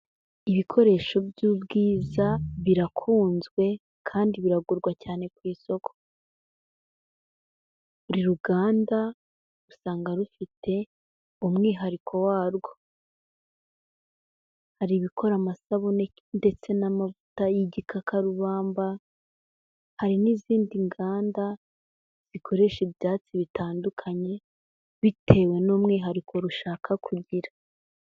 Ibikoresho by'ubwiza birakunzwe kandi biragurwa cyane ku isoko, buri ruganda usanga rufite umwihariko warwo, hari ibikora amasabune, ndetse n'amavuta y'igikarubamba hari n'izindi nganda zikoresha ibyatsi bitandukanye, bitewe n'umwihariko rushaka kugira.